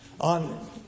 on